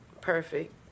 Perfect